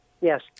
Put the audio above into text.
Yes